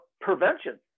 prevention